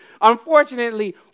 unfortunately